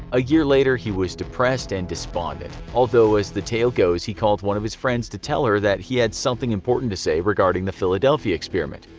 a year later he was depressed and despondent, although as the tale goes he called one of his friends to tell her he had something important to say regarding the philadelphia experiment.